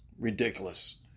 Ridiculous